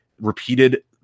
repeated